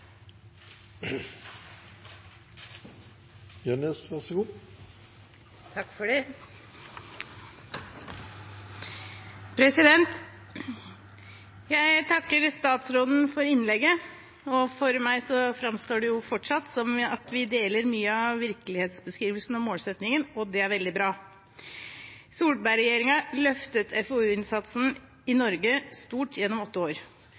statsråden for innlegget. For meg framstår det fortsatt som at vi deler mye av virkelighetsbeskrivelsen og målsettingen, og det er veldig bra. Solberg-regjeringen løftet FoU-innsatsen i Norge stort gjennom åtte år.